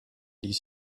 ließ